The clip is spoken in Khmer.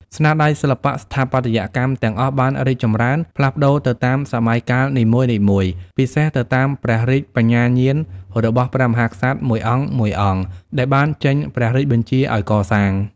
ស្នាដៃសិល្បៈស្ថាបត្យកម្មទាំង អស់បានរីកចម្រើន ផ្លាស់ប្តូរទៅតាមសម័យកាលនីមួយៗ ពិសេសទៅតាមព្រះរាជ បញ្ញាញាណរបស់ព្រះមហាក្សត្រមួយអង្គៗ ដែលបានចេញព្រះរាជបញ្ជាឱ្យកសាង។